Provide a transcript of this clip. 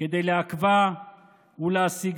כדי לעכבה ולהסיגה